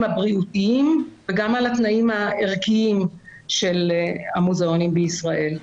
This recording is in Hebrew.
הבריאותיים וגם על התנאים הערכיים של המוזיאונים בישראל.